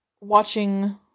Watching